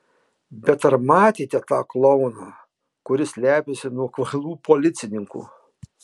bet ar matėte tą klouną kuris slepiasi nuo kvailų policininkų